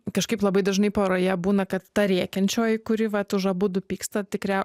kažkaip labai dažnai poroje būna kad ta rėkiančioji kuri vat už abudu pyksta tikria